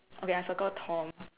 okay I'll circle Tom